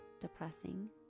depressing